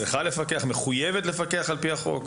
צריכה לפקח או מחויבת לפקח על פי החוק?